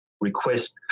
request